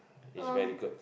is very good